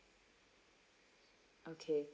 okay